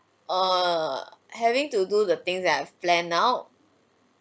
err having to do the things that I've planned out